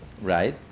Right